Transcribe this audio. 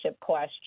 question